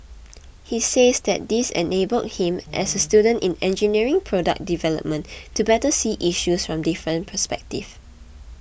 he says that this enabled him as a student in engineering product development to better see issues from different perspectives